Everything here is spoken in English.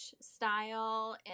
style